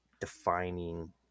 defining